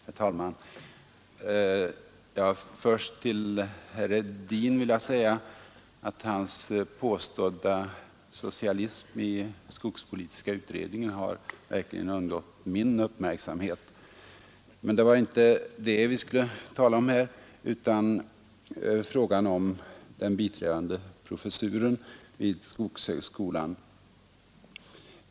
Herr talman! Först vill jag säga till herr Hedin att den av honom påstådda socialismen i skogspolitiska utredningen verkligen har undgått min uppmärksamhet. Men det var inte det vi skulle tala om här, utan frågan om inrättande av en biträdande professur i miljöanpassat skogsbruk vid skogshögskolan.